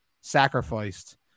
sacrificed